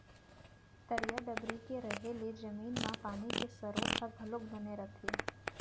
तरिया डबरी के रहें ले जमीन म पानी के सरोत ह घलोक बने रहिथे